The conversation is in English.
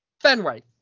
Fenway